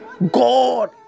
God